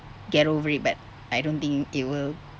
get over it but I don't think it will